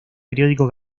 periódico